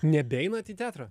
nebeinat į teatrą